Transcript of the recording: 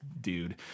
dude